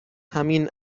همین